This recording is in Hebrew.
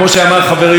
תודה, אדוני.